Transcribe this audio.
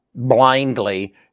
blindly